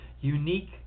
Unique